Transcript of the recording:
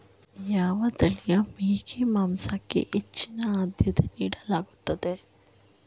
ಯಾವ ತಳಿಯ ಮೇಕೆ ಮಾಂಸಕ್ಕೆ ಹೆಚ್ಚಿನ ಆದ್ಯತೆ ನೀಡಲಾಗುತ್ತದೆ?